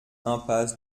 impasse